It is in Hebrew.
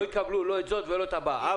יקבלו לא את זו ולא את הבאה.